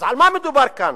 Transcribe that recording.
אז על מה מדובר כאן?